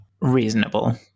reasonable